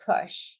push